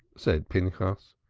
said pinchas.